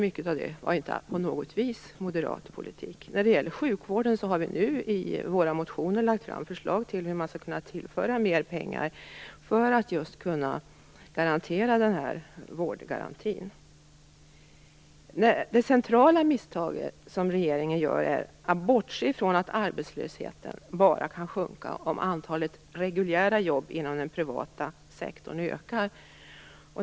Mycket av det var inte på något vis moderat politik. När det gäller sjukvården har vi nu i våra motioner lagt fram förslag till hur man skall kunna tillföra mer pengar för att just kunna garantera vårdgarantin. Det centrala misstaget som regeringen gör är att bortse från att arbetslösheten bara kan sjunka om antalet reguljära jobb inom den privata sektorn ökar.